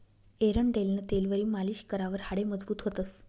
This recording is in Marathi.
एरंडेलनं तेलवरी मालीश करावर हाडे मजबूत व्हतंस